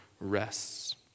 rests